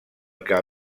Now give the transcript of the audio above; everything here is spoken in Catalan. que